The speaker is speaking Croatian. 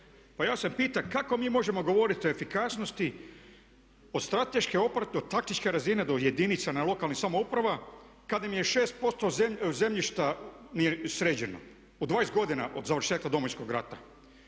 koji se pita kako mi možemo govoriti o efikasnosti, …/Ne razumije se./… do jedinica lokalnih samouprava kad nam je 6% zemljišta sređeno u 20 godina od završetka Domovinskog rata.